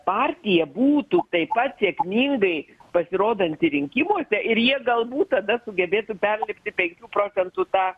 partija būtų taip pat sėkmingai pasirodanti rinkimuose ir jie galbūt tada sugebėti perlipti penkių procentų tą